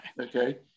Okay